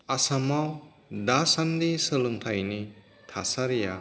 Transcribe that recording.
आसामाव दासान्दि सोलोंथायनि थासारिया